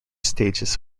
stages